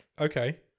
okay